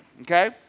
okay